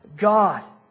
God